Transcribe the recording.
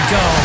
go